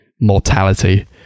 mortality